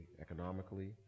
economically